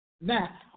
Now